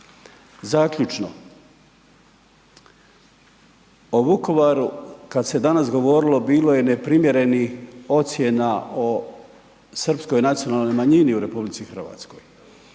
Zaključno, o Vukovaru, kad se danas govorilo bilo je neprimjerenih ocjena o srpskoj nacionalnoj manjini u RH poštujući